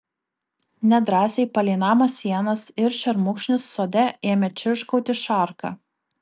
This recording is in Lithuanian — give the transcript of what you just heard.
nedrąsiai palei namo sienas ir šermukšnius sode ėmė čirškauti šarka